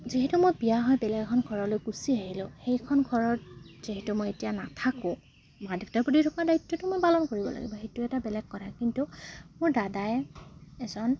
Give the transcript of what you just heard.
যিহেতু মই বিয়া হৈ বেলেগ এখন ঘৰলৈ গুচি আহিলোঁ সেইখন ঘৰত যিহেতু মই এতিয়া নাথাকোঁ মা দেউতাৰ প্ৰতি থকা দায়িত্বটো মই পালন কৰিব লাগিব সেইটো এটা বেলেগ কথা কিন্তু মোৰ দাদা এজন